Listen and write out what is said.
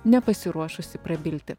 nepasiruošusi prabilti